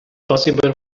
possible